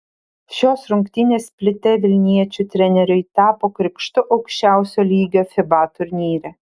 šios rungtynės splite vilniečių treneriui tapo krikštu aukščiausio lygio fiba turnyre